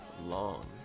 long